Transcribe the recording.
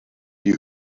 die